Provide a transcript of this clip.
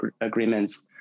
agreements